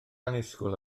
annisgwyl